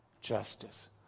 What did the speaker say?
justice